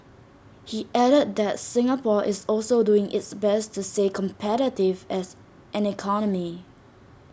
he added that Singapore is also doing its best to stay competitive as an economy